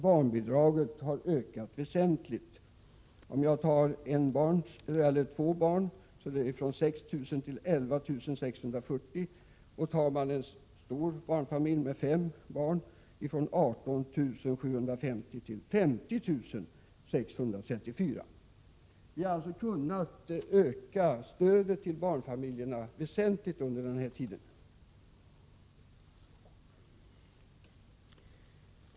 Barnbidraget har ökat väsentligt. För en familj med två barn har det ökat från 6 000 kr. till 11 640 kr. För en stor barnfamilj, med fem barn, har det ökat från 18 750 kr. till 50 634 kr. Vi har alltså kunnat öka stödet till barnfamiljerna väsentligt under denna tid.